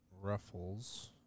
Ruffles